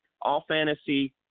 All-Fantasy